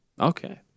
Okay